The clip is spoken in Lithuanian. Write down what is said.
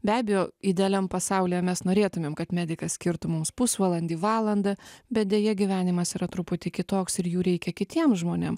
be abejo idealiam pasaulyje mes norėtumėm kad medikas skirtų mums pusvalandį valandą bet deja gyvenimas yra truputį kitoks ir jų reikia kitiem žmonėm